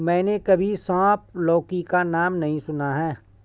मैंने कभी सांप लौकी का नाम नहीं सुना है